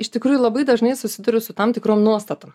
iš tikrųjų labai dažnai susiduriu su tam tikrom nuostatom